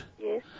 Yes